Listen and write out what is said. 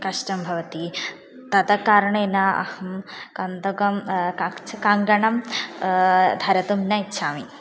कष्टं भवति तत् कारणेन अहं कन्दकं कक्च कङ्गणं धर्तुं न इच्छामि